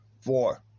four